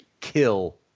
kill